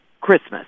Christmas